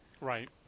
Right